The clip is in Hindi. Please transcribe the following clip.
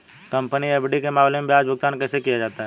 कंपनी एफ.डी के मामले में ब्याज भुगतान कैसे किया जाता है?